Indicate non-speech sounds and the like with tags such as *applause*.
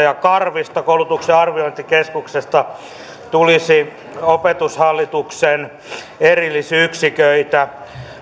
*unintelligible* ja karvista koulutuksen arviointikeskuksesta tulisi opetushallituksen erillisyksiköitä